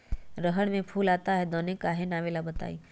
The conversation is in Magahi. रहर मे फूल आता हैं दने काहे न आबेले बताई?